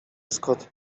scott